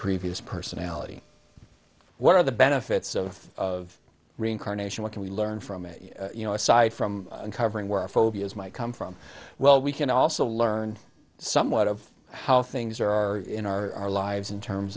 previous personality one of the benefits of reincarnation what can we learn from it you know aside from uncovering where phobias might come from well we can also learn somewhat of how things are in our lives in terms